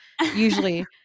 usually